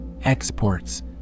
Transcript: Exports